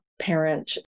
parent